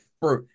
bro